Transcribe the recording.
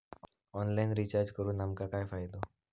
Online recharge करून आमका काय फायदो?